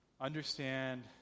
understand